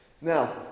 Now